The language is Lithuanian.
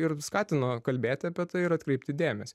ir skatino kalbėti apie tai ir atkreipti dėmesį